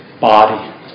body